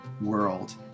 world